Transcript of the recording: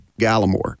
Gallimore